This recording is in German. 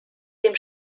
dem